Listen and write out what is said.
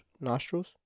nostrils